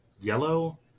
yellow